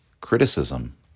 criticism